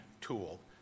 tool